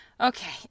okay